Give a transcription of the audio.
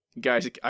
Guys